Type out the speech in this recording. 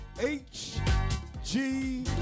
H-G-